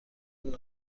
این